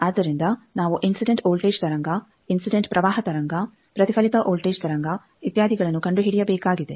ಆದ್ದರಿಂದ ನಾವು incident voltage ತರಂಗ ಇನ್ಸಿಡೆಂಟ್ ಪ್ರವಾಹ ತರಂಗ ಪ್ರತಿಫಲಿತ ವೋಲ್ಟೇಜ್ ತರಂಗ ಇತ್ಯಾದಿಗಳನ್ನು ಕಂಡುಹಿಡಿಯಬೇಕಾಗಿದೆ